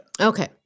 Okay